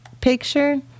picture